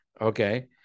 okay